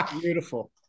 Beautiful